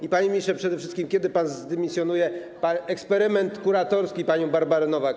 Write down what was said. I panie ministrze, przede wszystkim kiedy pan zdymisjonuje eksperyment kuratorski, panią Barbarę Nowak?